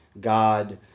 God